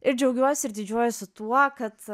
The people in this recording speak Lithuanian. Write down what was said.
ir džiaugiuosi ir didžiuojuosi tuo kad